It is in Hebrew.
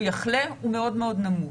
שהוא יחלה הוא מאוד מאוד נמוך.